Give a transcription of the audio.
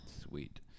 Sweet